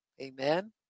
Amen